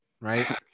right